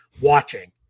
watching